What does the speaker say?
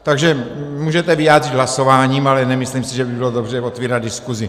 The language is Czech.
Takže můžete vyjádřit hlasováním, ale nemyslím si, že by bylo dobře otevírat diskusi.